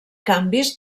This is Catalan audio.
canvis